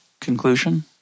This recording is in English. conclusion